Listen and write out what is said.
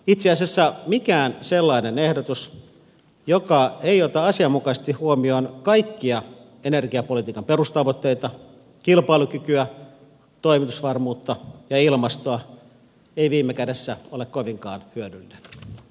itse asiassa mikään sellainen ehdotus joka ei ota asianmukaisesti huomioon kaikkia energiapolitiikan perustavoitteita kilpailukykyä toimitusvarmuutta ja ilmastoa ei viime kädessä ole kovinkaan hyödyllinen